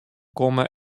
komme